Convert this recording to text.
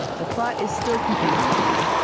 the plot is still confusing to me.